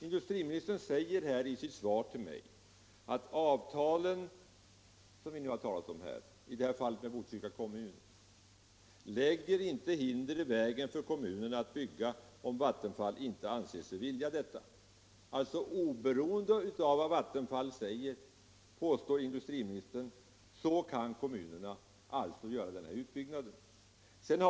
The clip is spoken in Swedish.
Industriministern säger i sitt svar till mig att de avtal vi här talar om -— i detta fall med Botkyrka kommun — ”lägger inte hinder i vägen för kommunerna att bygga om Vattenfall inte anser sig vilja delta”. Oberoende av vad Vattenfall vill, påstår industriministern, kan alltså kommunerna göra denna utbyggnad.